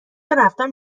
رفتن